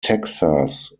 texas